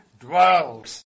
dwells